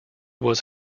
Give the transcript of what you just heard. was